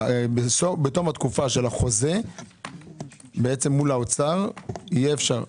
בתום התקופה של החוזה מול האוצר יהיה אפשר.